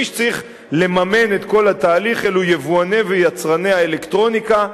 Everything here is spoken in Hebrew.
מי שצריך לממן את כל התהליך אלו יבואני ויצרני האלקטרוניקה.